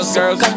girls